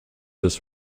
this